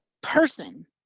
person